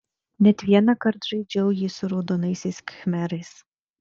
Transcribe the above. net vienąkart žaidžiau jį su raudonaisiais khmerais